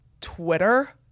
Twitter